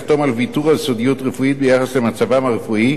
לחתום על ויתור על סודיות רפואית ביחס למצב הרפואי